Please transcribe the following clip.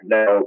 Now